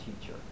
teacher